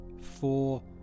four